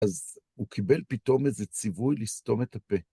אז הוא קיבל פתאום איזה ציווי לסתום את הפה.